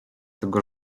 tego